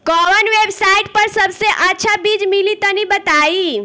कवन वेबसाइट पर सबसे अच्छा बीज मिली तनि बताई?